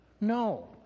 No